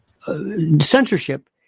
censorship